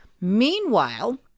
meanwhile